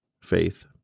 faith